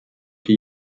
die